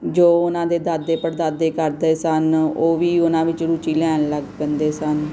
ਜੋ ਉਹਨਾਂ ਦੇ ਦਾਦੇ ਪੜਦਾਦੇ ਕਰਦੇ ਸਨ ਉਹ ਵੀ ਉਹਨਾਂ ਵਿੱਚ ਰੁਚੀ ਲੈਣ ਲੱਗ ਪੈਂਦੇ ਸਨ